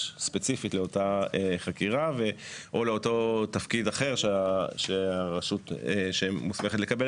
ספציפית לאותה חקירה או לתפקיד אחר שהרשות מוסמכת לקבל